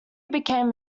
became